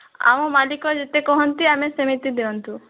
ଆମ ମାଲିକ ଯେତେ କହନ୍ତି ଆମେ ସେମିତି ଦିଅନ୍ତୁ